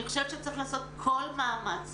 צריך לעשות כל מאמץ